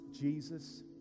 Jesus